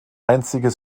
einzige